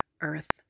earth